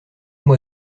moi